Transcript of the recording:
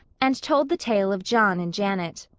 and told the tale of john and janet.